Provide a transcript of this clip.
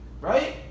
right